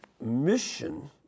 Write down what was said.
mission